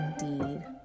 indeed